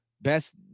Best